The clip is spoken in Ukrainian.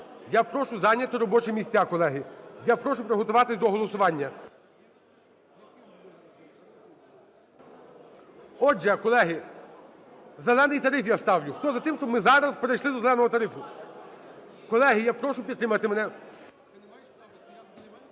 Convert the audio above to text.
Я прошу зайняти робочі місця, колеги. Я прошу приготуватися до голосування. Отже, колеги, "зелений" тариф я ставлю. Хто за те, щоб ми зараз перейшли до "зеленого" тарифу? Колеги, я прошу підтримати мене.